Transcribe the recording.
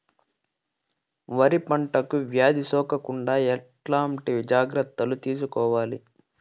వరి పంటకు వ్యాధి సోకకుండా ఎట్లాంటి జాగ్రత్తలు తీసుకోవాలి?